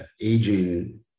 aging